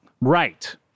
right